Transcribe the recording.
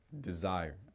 desire